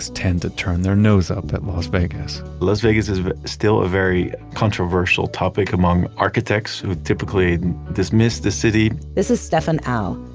tend to turn their nose up at las vegas las vegas is still a very controversial topic among architects who typically dismiss the city this is stefan al,